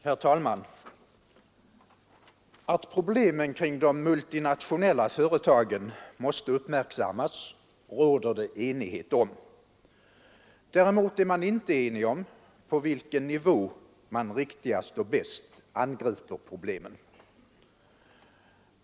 Herr talman! Att problemen kring de multinationella företagen måste uppmärksammas råder det enighet om. Däremot är man inte enig om på vilken nivå man riktigast och bäst angriper problemen.